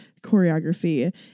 choreography